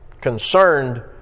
concerned